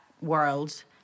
world